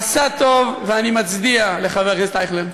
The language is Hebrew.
עשה טוב, ואני מצדיע לחבר הכנסת אייכלר,